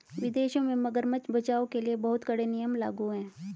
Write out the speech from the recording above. विदेशों में मगरमच्छ बचाओ के लिए बहुत कड़े नियम लागू हैं